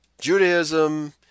Judaism